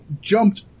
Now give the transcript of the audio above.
jumped